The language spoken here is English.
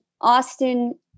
Austin